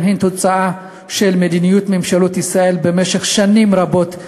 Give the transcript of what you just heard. הם תוצאה של מדיניות ממשלות ישראל במשך שנים רבות.